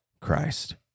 Christ